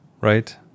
right